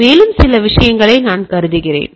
மேலும் சில விஷயங்களை நான் கருதுகிறேன்